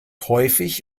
häufig